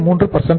03 ஆகும்